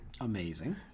Amazing